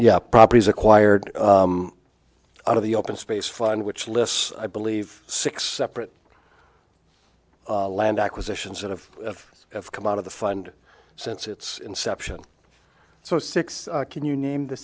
yeah properties acquired out of the open space fund which lists i believe six separate land acquisitions of have come out of the fund since its inception so six can you name the